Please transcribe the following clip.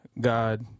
God